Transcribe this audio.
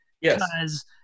yes